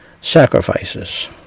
sacrifices